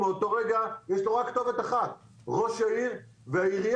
מאותו רגע יש לו רק כתובת אחת: ראש העיר והעירייה.